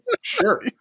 Sure